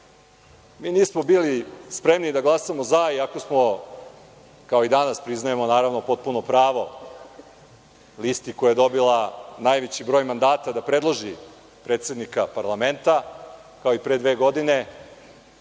Mi nismo bili spremni da glasamo za, iako smo kao i danas, priznajemo naravno potpuno pravo listi koja je dobila najveći broj mandata da predloži predsednika parlamenta kao i pre dve godine,